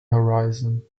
horizon